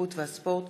התרבות והספורט,